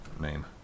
name